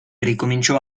ricominciò